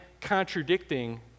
contradicting